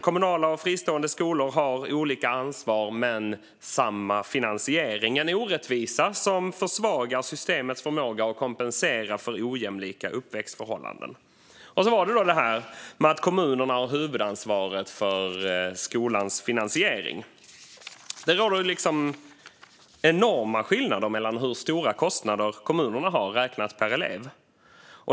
Kommunala och fristående skolor har olika ansvar men samma finansiering. Det är en orättvisa som försvagar systemets förmåga att kompensera för ojämlika uppväxtförhållanden. Och så var det då detta med att kommunerna har huvudansvaret för skolans finansiering. Det råder enorma skillnader i hur stora kostnader kommunerna har räknat per elev.